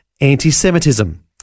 anti-Semitism